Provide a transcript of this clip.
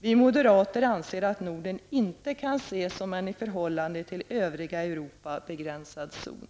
Vi moderater anser att Norden inte kan ses som en i förhållande till övriga Europa begränsad zon.